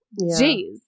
Jeez